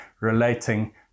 relating